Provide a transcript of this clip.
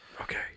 okay